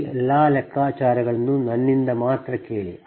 ಈ ಎಲ್ಲಾ ಲೆಕ್ಕಾಚಾರಗಳನ್ನು ನನ್ನಿಂದ ಮಾತ್ರ ಕೇಳಿ